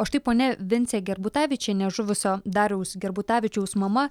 o štai ponia vincė gerbutavičienė žuvusio dariaus gerbutavičiaus mama